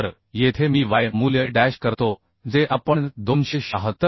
तर येथे मी y मूल्य डॅश करतो जे आपण 276